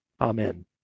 Amen